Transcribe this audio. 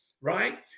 right